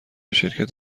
شرکت